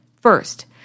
First